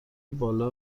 بالا